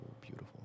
beautiful